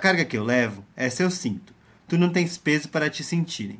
carga que eu levo essa sinto tu não tens pezo para te sentir